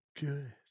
good